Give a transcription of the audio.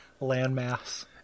landmass